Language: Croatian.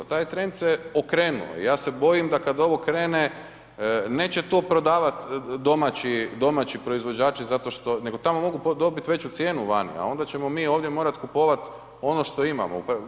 Taj trend se okrenuo i ja se bojim da kad ovo krene, neće to prodavat domaći proizvođači zato što nego tamo mogu dobit veću cijenu vani a onda ćemo mi ovdje morat kupovat ono što imamo.